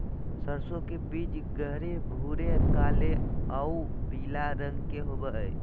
सरसों के बीज गहरे भूरे काले आऊ पीला रंग के होबो हइ